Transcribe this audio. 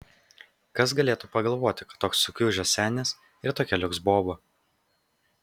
kas galėtų pagalvoti kad toks sukiužęs senis ir tokia liuks boba